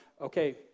okay